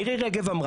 מירי רגב,